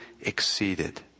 exceeded